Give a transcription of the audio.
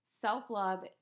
Self-love